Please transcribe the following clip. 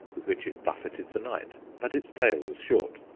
with which it buffeted the knight, but its tail was short.